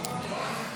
נתקבלה.